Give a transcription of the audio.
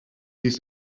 these